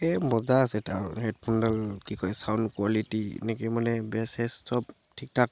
এই মজা আছে তাৰ হেডফোনডাল কি কয় চাউণ্ড কোৱালিটি এনেকৈ মানে বেছ চেছ চব ঠিক ঠাক